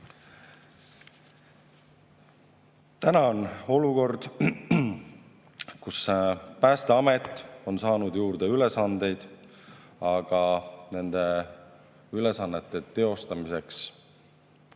on olukord, kus Päästeamet on saanud juurde ülesandeid, aga nende ülesannete teostamiseks